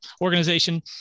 organization